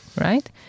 right